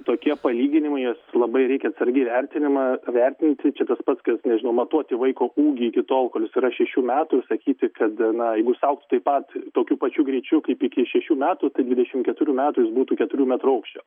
tokie palyginimai juos labai reikia atsargiai vertinimą vertinti čia tas pats kas nežinau matuoti vaiko ūgį iki tol kol jis yra šešių metų ir sakyti kad na jeigu jis augtų taip pat tokiu pačiu greičiu kaip iki šešių metų dvidešim keturių metų jis būtų keturių metrų aukščio